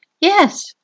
Yes